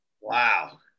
Wow